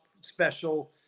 special